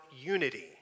unity